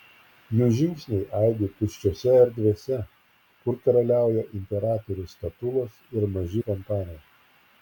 jų žingsniai aidi tuščiose erdvėse kur karaliauja imperatorių statulos ir maži fontanai